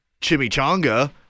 Chimichanga